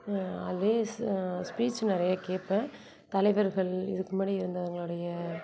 அதே ஸ்பீச் நிறைய கேட்பேன் தலைவர்கள் இதுக்கு முன்னாடி இருந்தவங்களுடைய